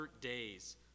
days